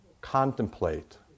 Contemplate